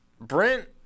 Brent